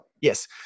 Yes